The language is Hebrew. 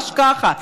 ממש כך.